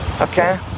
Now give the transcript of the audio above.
okay